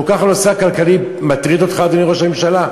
הנושא הכלכלי כל כך מטריד אותך, אדוני ראש הממשלה?